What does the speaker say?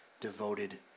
devoted